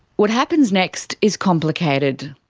what happens next is complicated.